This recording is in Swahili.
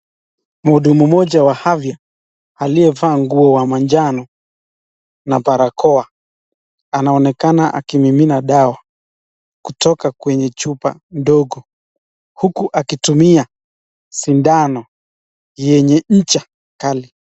Mhudumu mmoja wa afya aliyevaa nguo wa manjano na barakoa anaonekana akimimina dawa kutoka kwenye chupa ndogo uku akitumia sindano yenye ncha kali.